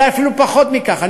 אולי אפילו פחות מכך.